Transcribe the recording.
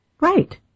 right